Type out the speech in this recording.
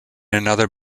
another